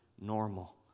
normal